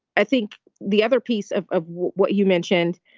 i think the other piece of of what you mentioned,